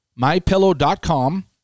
mypillow.com